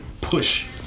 push